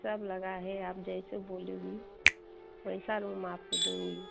सब लगा है आप जैसे बोलेंगी वैसा रूम आपको दूँगी